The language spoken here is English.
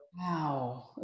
wow